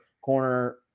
corner